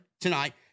tonight